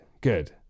good